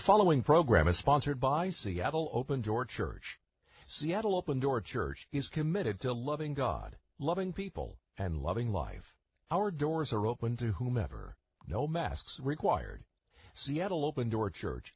following program is sponsored by seattle open door church seattle open door church is committed to loving god loving people and loving life our doors are open to whomever no masks required seattle open door church